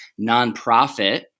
nonprofit